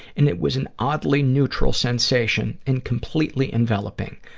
and it was an oddly neutral sensation and completely enveloping.